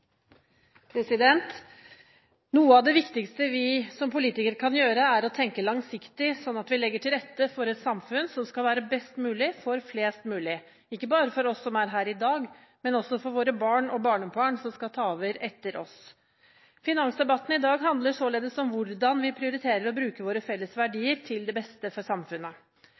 å tenke langsiktig, sånn at vi legger til rette for et samfunn som skal være best mulig for flest mulig – ikke bare for oss som er her i dag, men også for våre barn og barnebarn som skal ta over etter oss. Finansdebatten i dag handler således om hvordan vi prioriterer å bruke våre felles verdier til det beste for samfunnet.